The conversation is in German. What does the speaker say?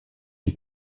die